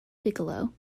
bigelow